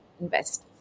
invest